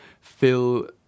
fill